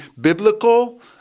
biblical